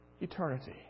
eternity